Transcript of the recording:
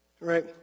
Right